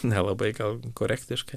nelabai gal korektiška